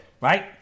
Right